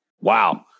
Wow